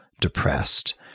depressed